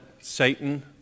Satan